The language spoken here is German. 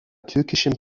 türkischen